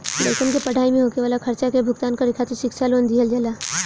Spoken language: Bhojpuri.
लइकन के पढ़ाई में होखे वाला खर्चा के भुगतान करे खातिर शिक्षा लोन दिहल जाला